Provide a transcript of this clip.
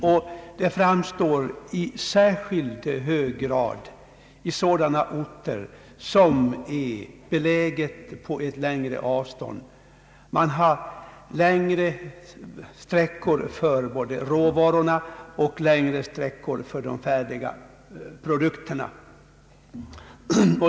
Problemen framstår i särskilt hög grad för avlägsna orter, där man har längre transportsträckor för både råvaror och färdiga produkter.